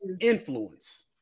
influence